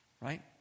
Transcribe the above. right